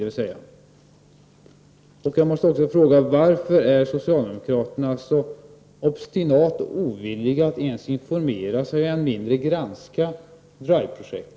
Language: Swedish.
Jag vill också fråga: Varför är socialdemokraterna så obstinata och så ovilliga t.o.m. när det gäller att informera sig om saker och ting? Och än mindre vilja visar socialdemokraterna när det gäller att granska Drive-projektet.